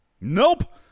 Nope